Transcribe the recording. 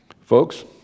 Folks